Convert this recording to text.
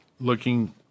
looking